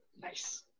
nice